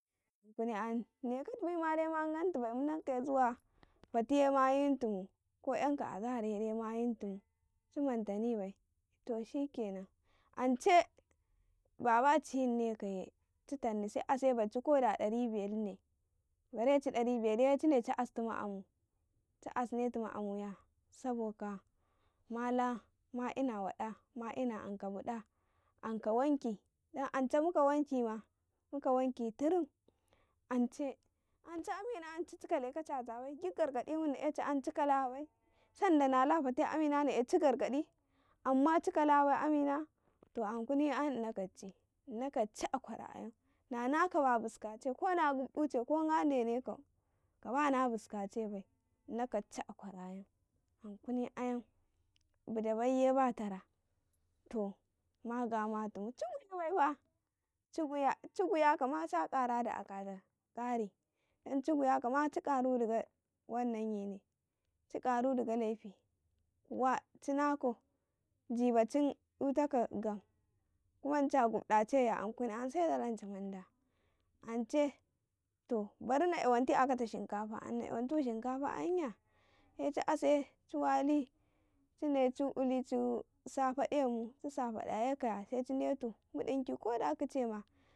﻿An kuni ayan na ne kadi na ma gid ma ganti bai mu yan kaye ana fatima ma yin timu ko yan ka azahar ye ma yintimu ci mantani bai to shikenan ance baba ci yinnekaye ci tanni se ase bacci ko da dari biyar na bereciye cide ci astimu amu, ci asti mu amuya saboka ka mala ma ina waɗa ma ina anka buɗa anka buaɗun muka buradunma, muka bura ɗun turum, ance ance amina yan ci cikaleka chacha bai giɗ gargadi man na ecaka yan ci kala bai sanda nala fate amina na eci gargadi ci kala bai amina to ankuni yan ina kaddici a kwara'yan ankuna yan buda bai ye ba tara, to ma gama tu mu ci gui baifa kama ca ganta akayi dan cigui digama ci gattuduga laifiyi kuwa ci nakau jibacin itaka gam kumanli a gufcake ya ankuna yanse zalanci manda ,ance to ''yaru na''yawanti shinkafa na ''yawantu shinkafa ya se ci ase ci wali de ci uli ci sa faɗemu ci safada neka ya se cin detu mu dinki koda kchaima.